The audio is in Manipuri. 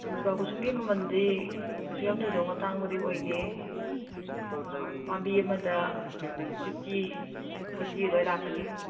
ꯑꯥ ꯖꯨꯕꯥꯀꯨꯁꯨꯝꯒꯤ ꯃꯃꯜꯗꯤ ꯀꯩꯁꯨꯌꯥꯝ ꯊꯣꯏꯗꯣꯛꯅ ꯇꯥꯡꯕꯗꯤ ꯑꯣꯏꯗꯦ ꯄꯥꯝꯕꯤ ꯑꯃꯗ ꯐꯤꯞꯇꯤ ꯐꯣꯔꯇꯤ ꯑꯗꯨꯋꯥꯏ ꯂꯥꯛꯀꯅꯤ